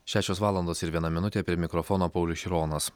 šešios valandos ir viena minutė prie mikrofono paulius šironas